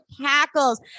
cackles